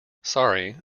sorry